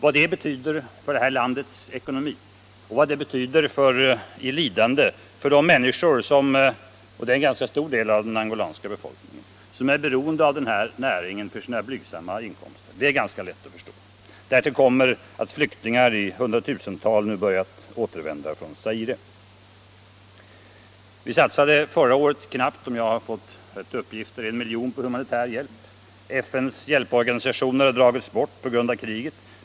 Vad detta betyder för landets ekonomi och vad det betyder i lidanden för de människor — och de utgör en ganska stor del av den angolanska befolkningen — som är beroende av den näringen för sina blygsamma inkomster är ganska lätt att förstå. Därtill kommer att flyktingar i hundratusental nu börjat återvända från Zaire. Vi satsade här förra året — om jag har fått riktiga uppgifter — knappt en miljon på humanitär hjälp. FN:s hjälporganisationer har dragits bort på grund av kriget.